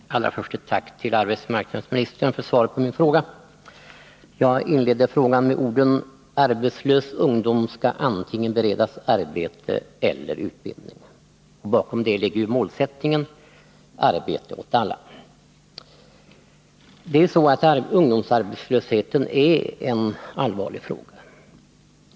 Herr talman! Allra först ett tack till arbetsmarknadsministern för svaret på min fråga. Jag inleder frågan med orden: ”Arbetslös ungdom skall beredas antingen arbete eller utbildning.” Bakom det ligger målsättningen arbete åt alla. Ungdomsarbetslösheten är en allvarlig fråga.